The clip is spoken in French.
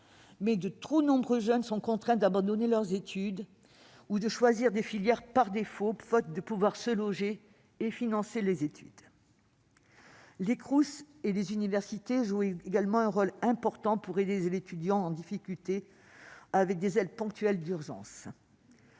que de trop nombreux jeunes sont contraints d'abandonner leurs études ou de choisir des filières par défaut, faute de pouvoir se loger et financer leurs études. Les Crous et les universités jouent également un rôle important pour aider les étudiants en difficulté, par le biais d'aides ponctuelles d'urgence,